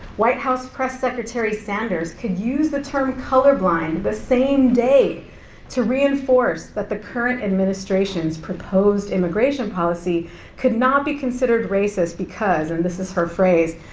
white house press secretary sanders could use the term colorblind the same day to reinforce that the current administration's proposed immigration policy could not be considered racist because, and this is her phrase,